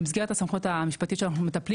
במסגרת הסמכות המשפטית שלנו אנחנו מטפלים